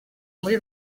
muri